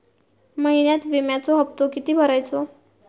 महिन्यात विम्याचो हप्तो किती भरायचो?